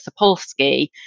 Sapolsky